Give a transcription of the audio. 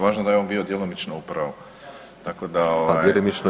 Važno je da je on bio djelomično u pravu, tako da